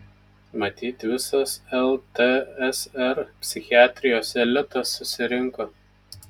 matyt visas ltsr psichiatrijos elitas susirinko